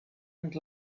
and